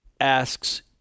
asks